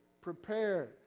prepared